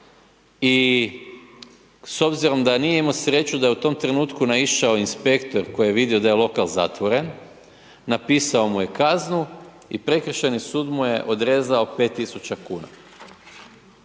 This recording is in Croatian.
i s obzirom da nije imao sreću da je u tom trenutku naišao inspektor koji je vidio da je lokal zatvoren, napisao mu je kaznu i Prekršajni sud mu je odrezao 5.000,00 kuna.